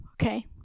okay